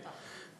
בטח.